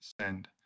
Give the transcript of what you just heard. send